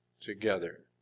together